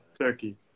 Turkey